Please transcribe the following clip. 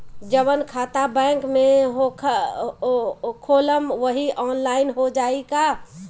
जवन खाता बैंक में खोलम वही आनलाइन हो जाई का?